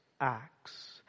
acts